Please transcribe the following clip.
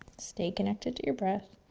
stay connected to your breath.